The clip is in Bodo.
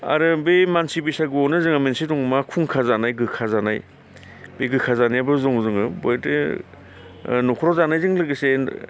आरो बे मानसि बैसागुआवनो जोंहा मोनसे दं मा खुंखा जानाय गोखा जानाय बे गोखा जानायाबो दं जोंहा बहयथे ओ न'खराव जानायजों लोगोसे